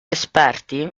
esperti